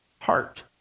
heart